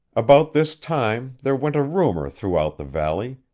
about this time there went a rumor throughout the valley,